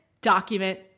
document